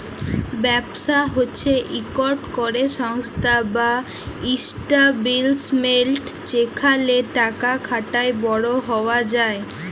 ব্যবসা হছে ইকট ক্যরে সংস্থা বা ইস্টাব্লিশমেল্ট যেখালে টাকা খাটায় বড় হউয়া যায়